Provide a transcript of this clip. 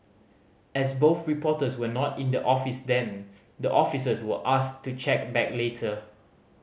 as both reporters were not in the office then the officers were asked to check back later